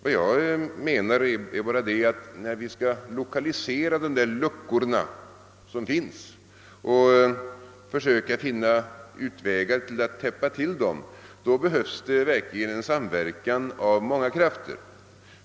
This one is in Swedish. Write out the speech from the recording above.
Vad jag menar är att när vi skall lokalisera de luckor som finns och söka finna utvägar för att täppa till dem behövs det verkligen en samverkan av många krafter.